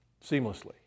seamlessly